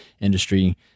industry